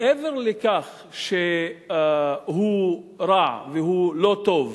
מעבר לכך שהוא רע והוא לא טוב